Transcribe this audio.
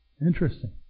Interesting